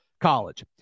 college